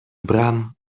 bram